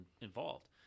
involved